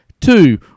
two